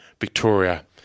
Victoria